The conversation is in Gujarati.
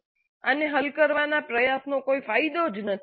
'આને હલ કરવાનો પ્રયાસ કરવાનો કોઈ ફાયદો નથી